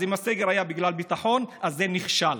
אז אם הסגר היה בגלל ביטחון, זה נכשל.